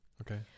Okay